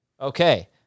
Okay